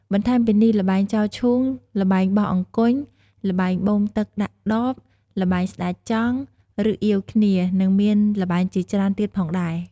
បន្ថែមពីនេះ ល្បែងចោលឈូង ល្បែបោះអង្គញ់ ល្បែងបូមទឹកដាក់ដប ល្បែងស្តេចចង់ ឬអៀវគ្នា និងមានល្បែងជាច្រើនទៀតផងដែរ។